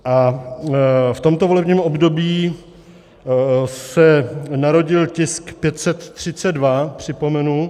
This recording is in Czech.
V tomto volebním období se narodil tisk 532, připomenu.